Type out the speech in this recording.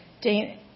Dane